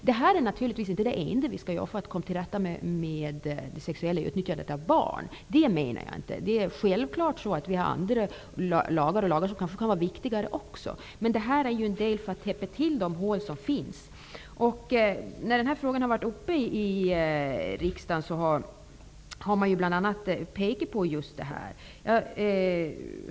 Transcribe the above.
Detta är naturligtvis inte det enda vi skall göra för att komma till rätta med det sexuella utnyttjandet av barn. Det är självklart att det finns andra lagar som också kan vara viktiga. Men denna diskussion är till för att kunna täppa till en del av de kryphål som finns. När frågan har varit uppe till diskussion i riksdagen har man bl.a. pekat på just dessa problem.